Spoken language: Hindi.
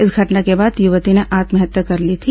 इस घटना के बाद यूवती ने आत्महत्या कर ली थी